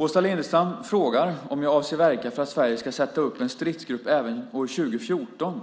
Åsa Lindestam frågar om jag avser att verka för att Sverige ska sätta upp en stridsgrupp även år 2014